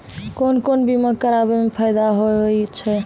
कोन कोन बीमा कराबै मे फायदा होय होय छै?